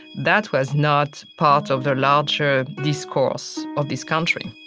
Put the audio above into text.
that was not part of the larger discourse of this country